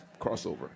crossover